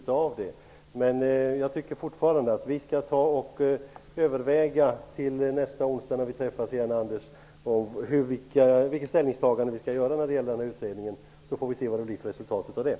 Jag vidhåller ändå, Anders Nilsson, att vi till nästa onsdag när vi åter träffas skall överväga ställningstagandet när det gäller den här utredningen. Sedan får vi se vad resultatet blir.